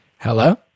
Hello